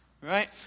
Right